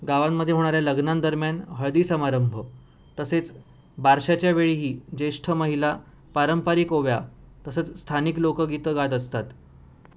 गावांमध्ये होणाऱ्या लग्नांदरम्यान हळदीसमारंभ तसेच बारशाच्या वेळीही ज्येष्ठ महिला पारंपरिक ओव्या तसंच स्थानिक लोकगीतं गात असतात